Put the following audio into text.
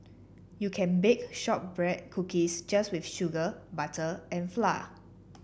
you can bake shortbread cookies just with sugar butter and flour